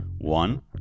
One